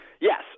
Yes